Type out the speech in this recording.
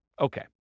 Okay